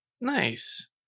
nice